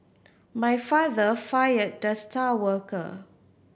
my father fired the star worker